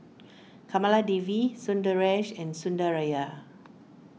Kamaladevi Sundaresh and Sundaraiah